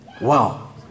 Wow